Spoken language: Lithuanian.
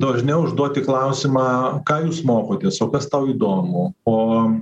dožniau užduoti klausimą ką jūs mokotės o kas tau įdomu o